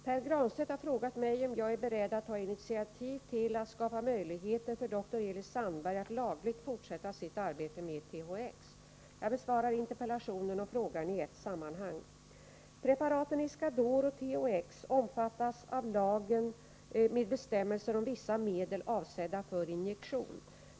Pär Granstedt har frågat mig om jag är beredd att ta initiativ till att skapa möjligheter för dr Elis Sandberg att lagligt fortsätta sitt arbete med THX. Jag besvarar interpellationen och frågan i ett sammanhang. Preparaten Iscador och THX omfattas av lagen med bestämmelser om vissa medel avsedda för injektion.